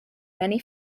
many